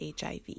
HIV